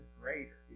greater